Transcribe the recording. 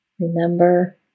Remember